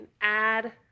add